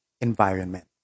environment